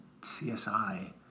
CSI